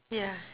yeah